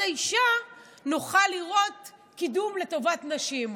האישה נוכל לראות קידום לטובת נשים.